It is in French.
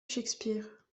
shakespeare